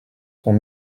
sont